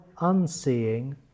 unseeing